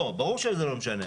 לא, ברור שזה לא משנה.